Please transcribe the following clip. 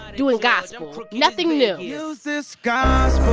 doing gospel nothing new use this gospel